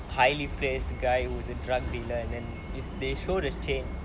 highly praised guy who's a drug dealer and then is they show the change